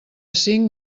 cinc